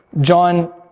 John